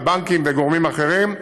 הבנקים וגורמים אחרים,